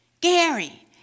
Gary